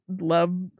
love